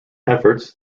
efforts